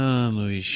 anos